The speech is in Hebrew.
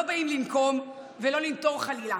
לא באים לנקום ולא לנטור חלילה.